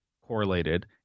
correlated